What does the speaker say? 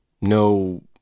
no